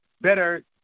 better